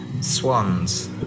swans